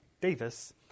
Davis